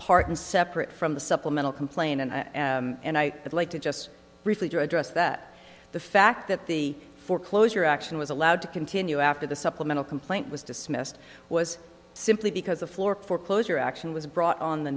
part and separate from the supplemental complaint and and i would like to just briefly to address that the fact that the foreclosure action was allowed to continue after the supplemental complaint was dismissed was simply because a floor foreclosure action was brought on the